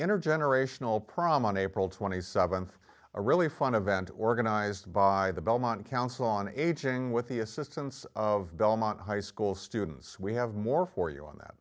intergenerational promenade twenty seventh a really fun about organized by the belmont council on aging with the assistance of belmont high school students we have more for you on that